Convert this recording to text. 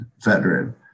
veteran